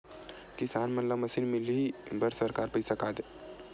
किसान मन ला मशीन मिलही बर सरकार पईसा का?